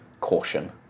caution